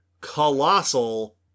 colossal